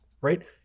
right